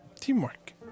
Teamwork